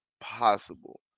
possible